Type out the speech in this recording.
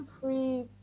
free